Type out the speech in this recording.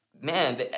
Man